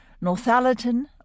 Northallerton